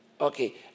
Okay